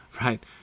Right